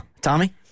Tommy